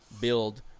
build